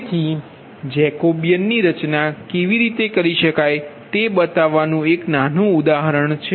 તેથી જેકોબીયન ની રચના કેવી રીતે કરી શકાય તે બતાવવાનું એક નાનું ઉદાહરણ છે